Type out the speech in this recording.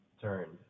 turned